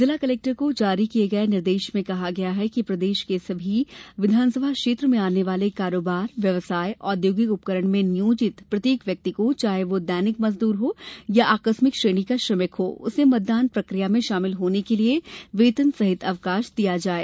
जिला कलेक्टर को जारी किये निर्देश में कहा गया है कि प्रदेश के समस्त विधानसभा क्षेत्र में आने वाले कारोबार व्यवसाय औद्योगिक उपकरण में नियोजित प्रत्येक व्यक्ति को चाहे वह दैनिक मजदूर हो या आकस्मिक श्रेणी का श्रमिक हो उसे मतदान प्रक्रिया में शामिल होने के लिये वेतन सहित अवकाश दिया जाये